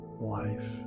life